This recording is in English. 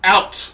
Out